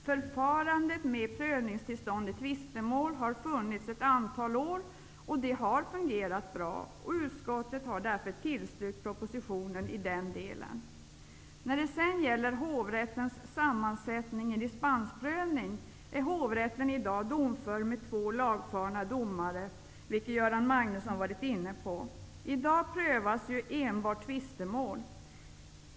Förfarandet med prövningstillstånd i tvistemål har funnits ett antal år och har fungerat bra. Utskottet har därför tillstyrkt propositionen i den delen. När det sedan gäller hovrättens sammansättning vid dispensprövning är hovrätten i dag domför med två lagfarna domare, vilket Göran Magnusson varit inne på. I dag prövas ju enbart tvistemål.